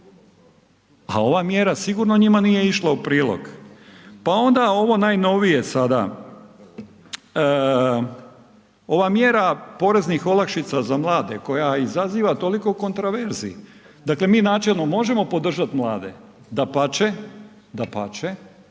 a ova mjera sigurno njima nije išla u prilog. Pa onda ovo najnovije sada, ova mjera poreznih olakšica za mlade koja izaziva toliko kontraverzi, dakle mi načelno možemo podržati mlade, dapače,